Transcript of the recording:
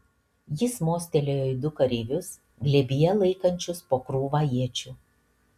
jis mostelėjo į du kareivius glėbyje laikančius po krūvą iečių